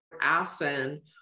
Aspen